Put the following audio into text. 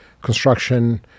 construction